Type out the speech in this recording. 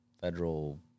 federal